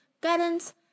guidance